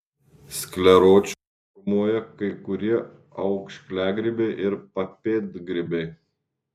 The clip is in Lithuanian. skleročius formuoja kai kurie aukšliagrybiai ir papėdgrybiai